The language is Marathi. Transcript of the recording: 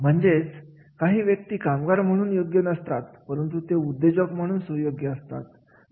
म्हणजे काही व्यक्ती कामगार म्हणून योग्य नसतात परंतु ते उद्योजक म्हणून सुयोग्य असतात